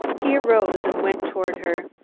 he arose and went toward her.